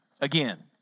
again